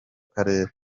karere